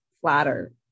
flatter